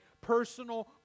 personal